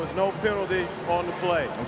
no penalty on the play,